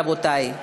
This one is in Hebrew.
רבותי.